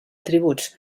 atributs